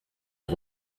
est